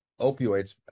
opioids